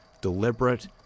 deliberate